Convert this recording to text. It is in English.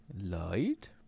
Light